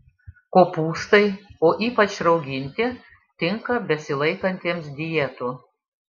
kopūstai o ypač rauginti tinka besilaikantiems dietų